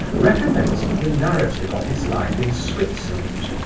recommenced the narrative of his life in switzerland,